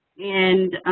and